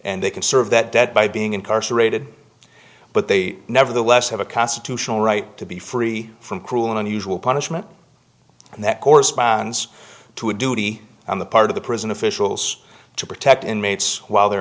and they can serve that dead by being incarcerated but they nevertheless have a constitutional right to be free from cruel and unusual punishment and that corresponds to a duty on the part of the prison officials to protect inmates while they're